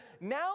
now